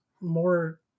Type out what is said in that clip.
more